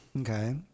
Okay